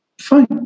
Fine